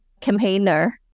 campaigner